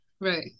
Right